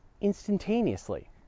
instantaneously